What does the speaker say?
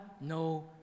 no